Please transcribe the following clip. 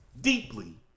deeply